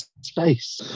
space